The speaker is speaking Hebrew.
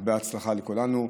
הרבה הצלחה לכולנו.